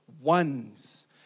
ones